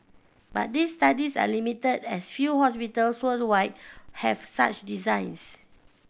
but these studies are limited as few hospital for worldwide have such designs